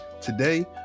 Today